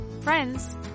friends